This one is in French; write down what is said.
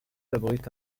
abrite